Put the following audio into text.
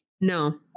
No